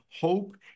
hope